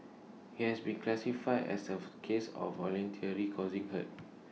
he has been classified as of case of voluntarily causing hurt